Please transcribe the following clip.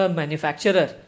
manufacturer